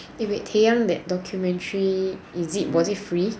eh wait tae young that documentary is it was it free